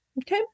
okay